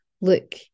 look